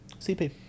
CP